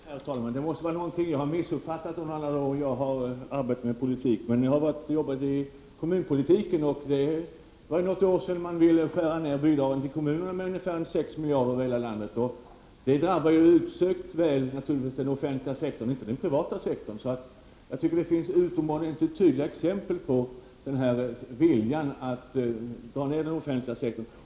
Herr talman! Det måste vara något som jag har missuppfattat under alla de år som jag har arbetat med politik. För något år sedan föreslogs att bidragen till kommunerna skulle skäras ned med ungefär 6 miljarder över hela landet, och det drabbar naturligt nog den offentliga sektorn, inte den privata. Det finns utomordentligt tydliga exempel på viljan att minska den offentliga sektorn.